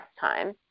time